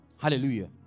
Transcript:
Hallelujah